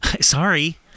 Sorry